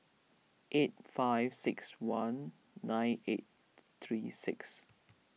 eight five six one nine eight three six